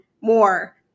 more